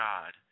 God